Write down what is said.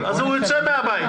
אז הוא ייצא מן הבית,